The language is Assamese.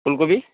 ওলকবি